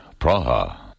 Praha